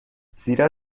زیرا